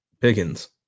Pickens